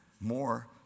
more